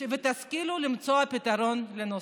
ותשכילו למצוא פתרון לנושא".